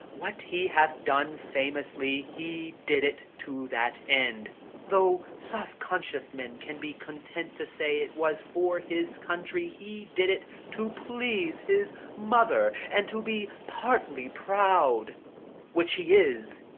what he hath done famously he did it to that end though soft-conscienced men can be content to say it was for his country, he did it to please his mother, and to be partly proud which he is,